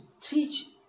teach